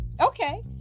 Okay